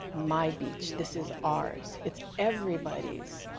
my beach. this is ours. it's everybody's.